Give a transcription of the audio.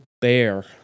bear